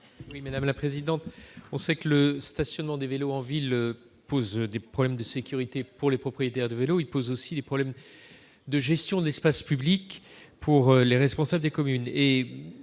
à M. Laurent Lafon. On sait que le stationnement des vélos en ville pose des problèmes de sécurité pour les propriétaires de vélos ; il pose aussi des problèmes de gestion de l'espace public pour les responsables des communes.